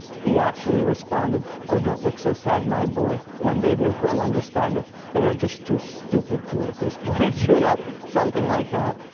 he actually responded. oh, don't look so sad, my boy. one day, they will understand it. they are just too stupid to at this point you know something like that.